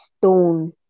stone